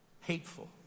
hateful